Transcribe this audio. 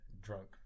drunk